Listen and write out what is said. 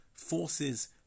forces